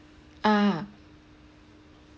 ah